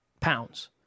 pounds